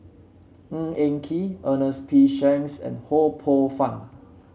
Ng Eng Kee Ernest P Shanks and Ho Poh Fun